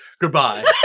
Goodbye